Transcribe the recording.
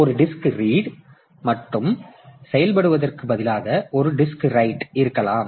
எனவே ஒரு disk read மட்டும் செயல்படுவதற்கு பதிலாக ஒரு டிஸ்க் ரைட் இருக்கலாம்